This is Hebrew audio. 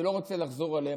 אני לא רוצה לחזור עליהן,